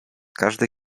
każde